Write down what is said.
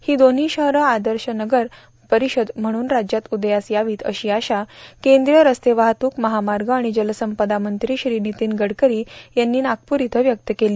ही दोन्ही शहरं आदर्श नगर परिषद म्हणून राज्यात उदयास यावीत अशी आशा केंद्रीय रस्ते वाहतूक महामार्ग आणि जलसंपदा मंत्री श्री नितीन गडकरी यांनी आज नागपूर इथं व्यक्त केली